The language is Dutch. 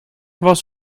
was